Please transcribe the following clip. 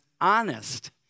honest